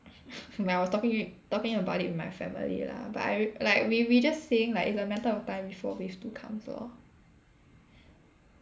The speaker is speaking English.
when I was talking to yo~ talking about it with my family lah but I like we we just saying like it's a matter of time before phase two comes lor